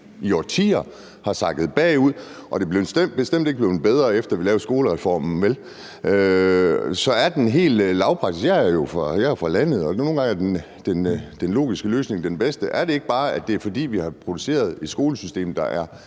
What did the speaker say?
i årtier har sakket bagud, og at det bestemt ikke er blevet bedre, efter at vi lavede skolereformen. Jeg er jo fra landet, og nogle gange er den logiske løsning den bedste. Er det ikke bare, fordi vi har produceret et skolesystem, der er